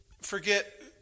forget